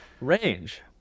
Range